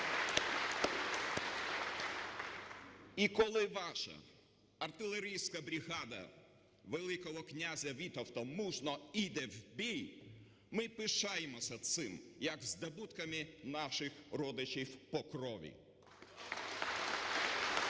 І коли ваша артилерійська бригада Великого князя Вітовта мужньо йде в бій, ми пишаємося цим як здобутками наших родичів по крові. (Оплески)